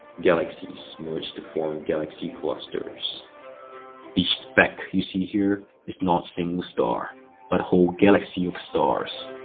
galaxies merge to form galaxy clusters each speck you see here is not single star but whole galaxy of stars,